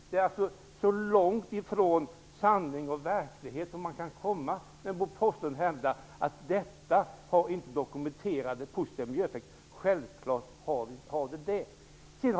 Det är alltså så långt ifrån sanning och verklighet som man kan komma när Bo Forslund hävdar att det inte förekommer dokumenterade positiva miljöeffekter. Självklart finns det sådana.